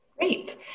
Great